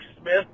Smith